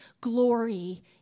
glory